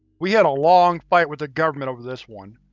we had a long fight with the government over this one.